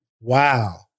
Wow